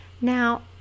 Now